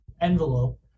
envelope